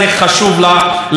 יש הצעות חוק,